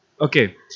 Okay